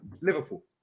Liverpool